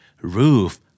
roof